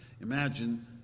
Imagine